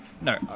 no